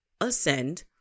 ascend